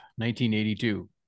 1982